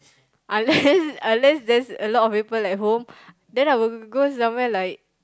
unless unless there's a lot of people at home then I would go somewhere like